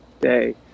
day